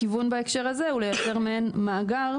הכיוון בהקשר הזה הוא לייצר מעין מאגר,